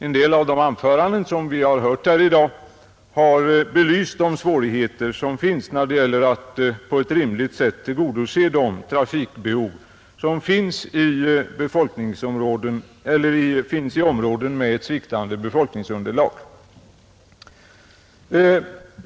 En del av de anföranden som vi har hört här i dag har belyst de svårigheter som finns när det gäller att på ett rimligt sätt tillgodose trafikbehoven i områden med sviktande befolkningsunderlag.